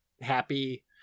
happy